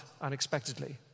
unexpectedly